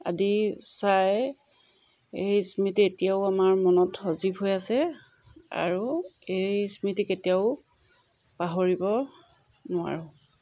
আদি চাই সেই স্মৃতি এতিয়াও আমাৰ মনত সজীৱ হৈ আছে আৰু এই স্মৃতি কেতিয়াও পাহৰিব নোৱাৰোঁ